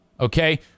Okay